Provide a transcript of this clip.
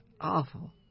awful